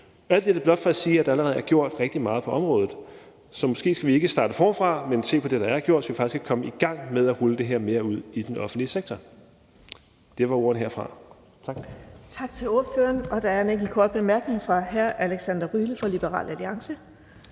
Alt dette er blot for at sige, at der allerede er gjort rigtig meget på området. Så måske skal vi ikke starte forfra, men se på det, der er gjort, så vi faktisk kan komme i gang med at rulle det her mere ud i den offentlige sektor. Det var ordene herfra. Tak.